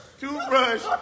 Toothbrush